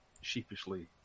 sheepishly